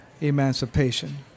emancipation